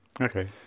okay